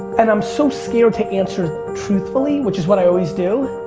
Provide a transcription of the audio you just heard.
and i'm so scared to answer truthfully, which is what i always do,